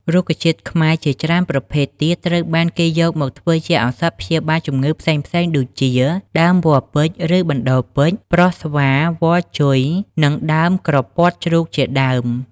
រុក្ខជាតិខ្មែរជាច្រើនប្រភេទទៀត ត្រូវបានគេយកមកធ្វើជាឱសថព្យាបាលជំងឺផ្សេងៗដូចជាដើមវល្លិ៍ពេជ្រ ឬបណ្តូលពេជ្រ ប្រស់ស្វា វល្លិ៍ជុយ និងដើមក្រពាត់ជ្រូកជាដើម។